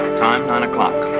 time nine o'clock,